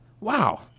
wow